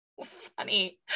funny